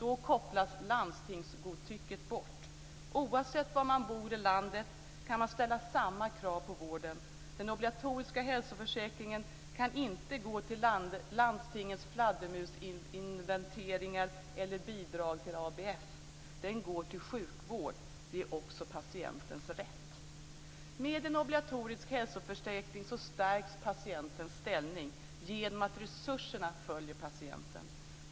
Då kopplas landstingsgodtycket bort. Oavsett var man bor i landet kan man ställa samma krav på vården. Den obligatoriska hälsoförsäkringen kan inte gå till landstingets fladdermusinventeringar eller bidrag till ABF. Den går till sjukvård, och det är också patientens rätt. Med en obligatorisk hälsoförsäkring stärks patientens ställning genom att resurserna följer patienten.